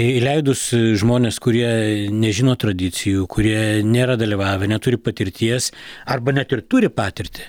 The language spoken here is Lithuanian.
įleidus žmones kurie nežino tradicijų kurie nėra dalyvavę neturi patirties arba net ir turi patirtį